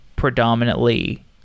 predominantly